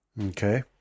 Okay